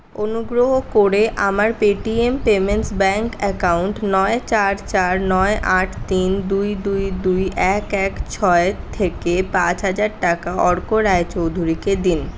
অনুগ্রহ করে আমার পেটিএম পেমেন্টস ব্যাঙ্ক অ্যাকাউন্ট নয় চার চার নয় আট তিন দুই দুই দুই এক এক ছয় থেকে পাঁচ হাজার টাকা অর্ক রায়চৌধুরীকে দিন